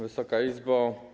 Wysoka Izbo!